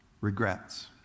regrets